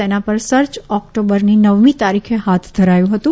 તેના ઉપર આ સર્ચ ઓક્ટોબરની નવમી તારીખે હાથ ધરાયું હતું